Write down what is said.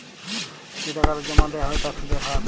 যে টাকাটা জমা দেয়া হ্য় তার সুধের হার